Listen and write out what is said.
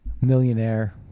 millionaire